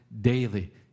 daily